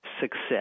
success